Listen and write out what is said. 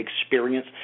experience